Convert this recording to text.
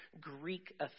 Greek